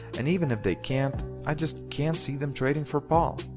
and even if they can't, i just can't see them trading for paul.